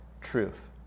truth